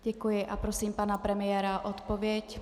Děkuji a prosím pana premiéra o odpověď.